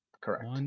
correct